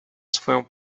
swoją